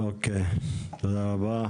אוקיי, תודה רבה.